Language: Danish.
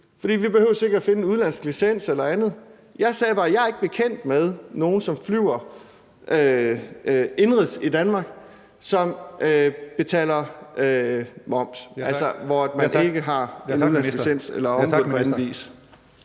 for vi behøver ikke at finde en udenlandsk licens eller andet. Jeg sagde bare, at jeg ikke er bekendt med nogen, som flyver indenrigs i Danmark, som betaler moms, altså hvor man ikke har en ... Kl. 14:40 Tredje næstformand